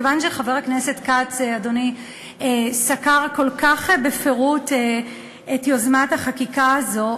כיוון שחבר הכנסת כץ סקר כך כל בפירוט את יוזמת החקיקה הזאת,